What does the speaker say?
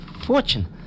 Fortune